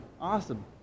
Awesome